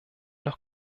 noch